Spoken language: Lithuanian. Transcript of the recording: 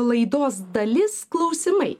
laidos dalis klausimai